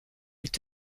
est